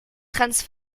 trends